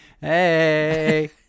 Hey